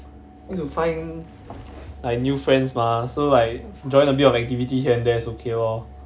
need to find like new friends mah so like join a bit of activity here and there is okay lor